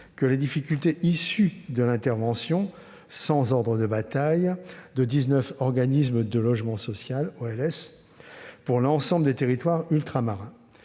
les difficultés issues de l'intervention, sans ordre de bataille, de dix-neuf organismes de logement social (OLS) pour l'ensemble des territoires ultramarins.